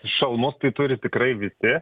šalmus tai turi tikrai visi